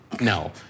No